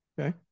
okay